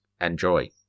enjoy